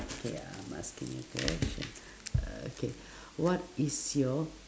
okay I'm asking a question uh k what is your